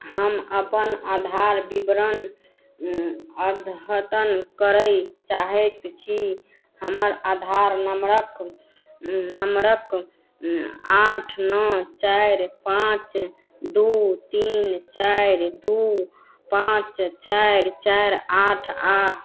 हम अपन आधार विवरण अद्यतन करै चाहैत छी हमर आधार नम्बरक नम्बरक आठ नओ चारि पाँच दू तीन चारि दू पाँच चारि चारि आठ आ